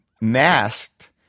masked